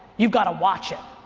you've gotta watch it.